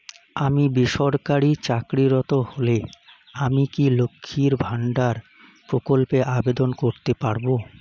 আমি বেসরকারি চাকরিরত হলে আমি কি লক্ষীর ভান্ডার প্রকল্পে আবেদন করতে পারব?